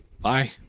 bye